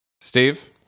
Steve